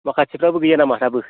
माखासेफ्राबो गैया नामा दाबो